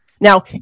Now